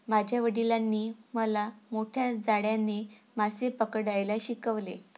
माझ्या वडिलांनी मला मोठ्या जाळ्याने मासे पकडायला शिकवले